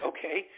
Okay